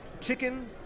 chicken